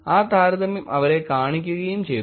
ആ താരതമ്യം അവരെ കാണിക്കുകയും ചെയ്തു